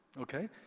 okay